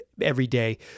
everyday